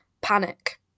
panic